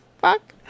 fuck